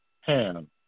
Ham